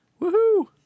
woohoo